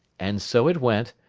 and so it went,